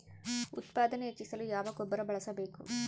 ಉತ್ಪಾದನೆ ಹೆಚ್ಚಿಸಲು ಯಾವ ಗೊಬ್ಬರ ಬಳಸಬೇಕು?